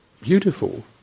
beautiful